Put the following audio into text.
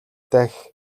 дахь